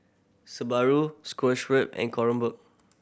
Subaru and Kronenbourg